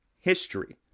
History